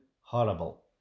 horrible